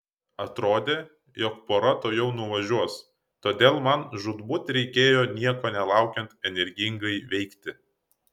atrodė jog pora tuojau nuvažiuos todėl man žūtbūt reikėjo nieko nelaukiant energingai veikti